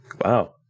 wow